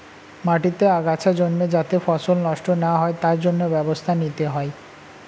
মাটিতে আগাছা জন্মে যাতে ফসল নষ্ট না হয় তার জন্য ব্যবস্থা নিতে হয়